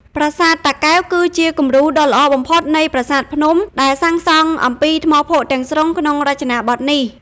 ប្រាសាទតាកែវគឺជាគំរូដ៏ល្អបំផុតនៃប្រាសាទភ្នំដែលសាងសង់អំពីថ្មភក់ទាំងស្រុងក្នុងរចនាបថនេះ។